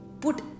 put